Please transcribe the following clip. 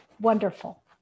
Wonderful